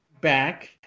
back